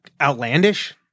outlandish